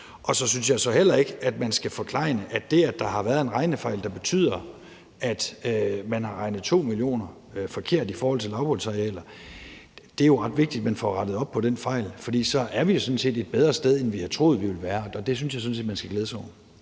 Så synes jeg heller ikke, at man skal forklejne, at der er blevet begået en regnefejl, der betyder, at man har regnet forkert med 2 mio. t i forhold til lavbundsarealer. Det er jo ret vigtigt, at man får rettet op på den fejl, for så er vi jo sådan set et bedre sted, end vi har troet vi ville være, og det synes jeg sådan set man skal glæde sig over.